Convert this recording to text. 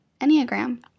Enneagram